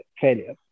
failure